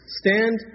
stand